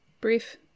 brief